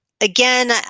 Again